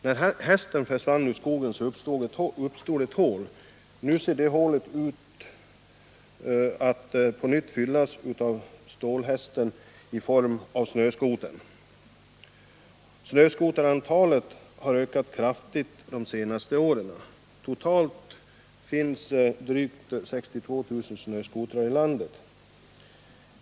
När hästen försvann ur skogen uppstod ett tomrum, som nu ser ut att vara på väg att fyllas av ”stålhästen”, dvs. snöskotern. Snöskoterantalet har ökat kraftigt under de senaste åren. Totalt finns det drygt 62 000 snöskotrar i landet.